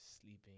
sleeping